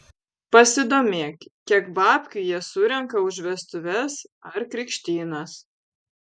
pasidomėk kiek babkių jie surenka už vestuves ar krikštynas